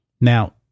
Now